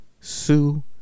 Sue